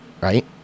Right